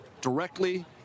directly